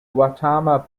gautama